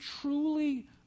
truly